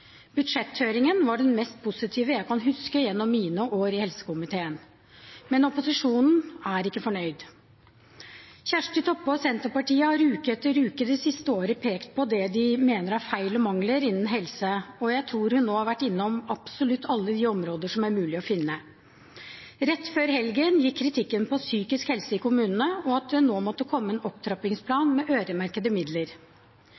Budsjetthøringen var den mest positive jeg kan huske gjennom mine år i helsekomiteen. Men opposisjonen er ikke fornøyd. Kjersti Toppe og Senterpartiet har uke etter uke det siste året pekt på det de mener er feil og mangler innen helse, og jeg tror hun nå har vært innom absolutt alle de områder som er mulig å finne. Rett før helgen gikk kritikken på psykisk helse i kommunene, og at det nå måtte komme en